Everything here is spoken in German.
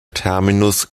terminus